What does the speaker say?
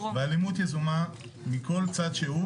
אלימות יזומה מכל צד שהוא